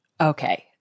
Okay